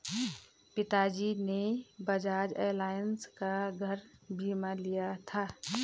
पिताजी ने बजाज एलायंस का घर बीमा लिया था